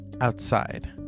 outside